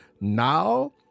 Now